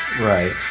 Right